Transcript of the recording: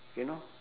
you know